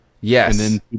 Yes